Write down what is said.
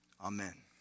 Amen